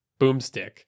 boomstick